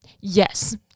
Yes